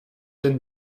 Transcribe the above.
denn